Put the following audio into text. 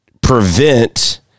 prevent